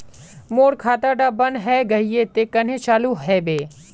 मोर खाता डा बन है गहिये ते कन्हे चालू हैबे?